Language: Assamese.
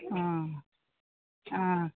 অঁ অঁ